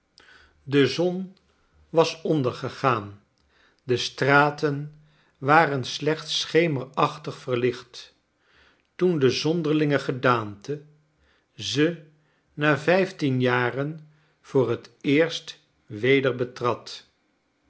de zon was ondergegaan de straten waren slechts schemeraehtig verlicht toen de zonderlinge gedaante ze na vijftien jaren voor het eerst weder betrad